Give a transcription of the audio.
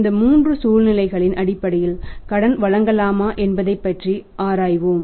இந்த மூன்று சூழ்நிலைகளின் அடிப்படையில் கடன் வழங்கலாமா என்பதைப் பற்றி ஆராய்வோம்